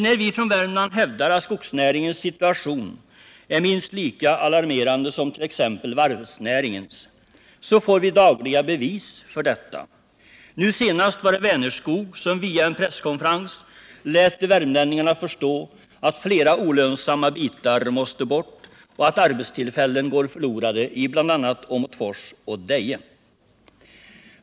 När vi från Värmland hävdar att skogsnäringens situation är minst lika alarmerande som t.ex. varvsnäringens, får vi dagliga bevis för detta. Nu senast var det Vänerskog som via en presskonferens lät värmlänningarna förstå att Nera olönsamma bitar måste bort och att arbetstillfällen går förlorade ibl.a. Åmotfors och Deje.